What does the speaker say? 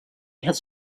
has